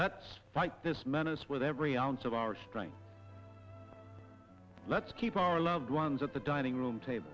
let's fight this menace with every ounce of our strength let's keep our loved ones at the dining room table